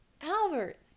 albert